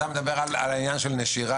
אתה מדבר על העניין של הנשירה,